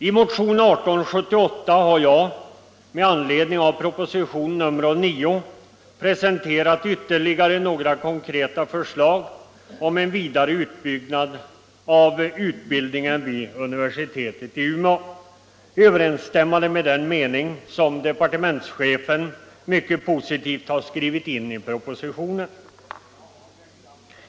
I motionen 1878 har jag, med anledning av proposition nr 9, presenterat ytterligare några konkreta förslag om en vidare utbyggnad av utbildningen vid universitetet i Umeå, överensstämmande med den mening som departementschefen mycket positivt har skrivit in i propositionen.